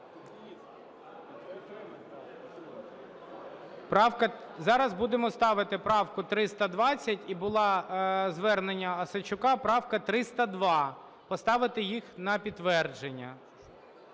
Зараз будемо ставити правку 320. І було звернення Осадчука – правка 302, поставити їх на підтвердження.